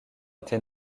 été